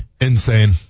Insane